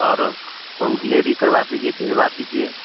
और home delivery करवा दीजिए भिजवा दीजिए